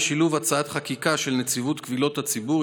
בשילוב הצעת חקיקה של נציבות קבילות הציבור,